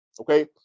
okay